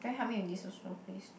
can you help me with this also please